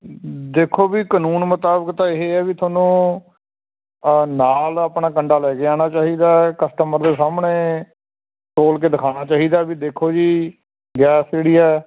ਦੇਖੋ ਵੀ ਕਾਨੂੰਨ ਮੁਤਾਬਿਕ ਤਾਂ ਇਹ ਹੈ ਵੀ ਤੁਹਾਨੂੰ ਨਾਲ ਆਪਣਾ ਕੰਡਾ ਲੈ ਕੇ ਆਉਣਾ ਚਾਹੀਦਾ ਹੈ ਕਸਟਮਰ ਦੇ ਸਾਹਮਣੇ ਤੋਲ ਕੇ ਦਿਖਾਉਣਾ ਚਾਹੀਦਾ ਵੀ ਦੇਖੋ ਜੀ ਗੈਸ ਜਿਹੜੀ ਆ